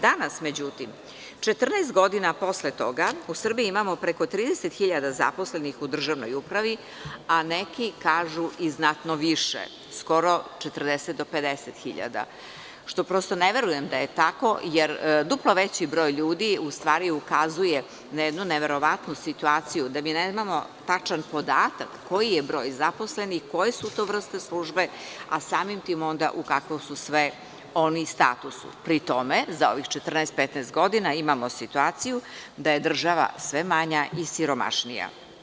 Danas, međutim, 14 godina posle toga, u Srbiji imao preko 30.000 zaposlenih u državnoj upravi, a neki kažu i znatno više, skoro 40.000 do 50.000, što prosto ne verujem da je tako, jer duplo veći broj ljudi u stvari ukazuje na jednu neverovatnu situaciju, da mi nemamo tačan podatak koji je broj zaposlenih i koje su to vrste službe, a samim tim onda u kakvom su sve oni statusu, pri tome za ovih 14–15 godina imamo situaciju da je država sve manja i siromašnija.